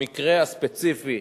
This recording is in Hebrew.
במקרה הספציפי,